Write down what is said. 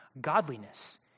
godliness